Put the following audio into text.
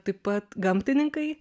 taip pat gamtininkai